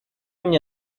мне